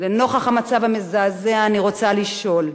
לנוכח המצב המזעזע אני רוצה לשאול: